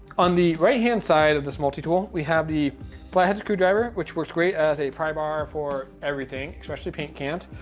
on the right hand side of this multi-tool, we have the flathead screwdriver, which works great as a pry bar for everything, especially paint cans.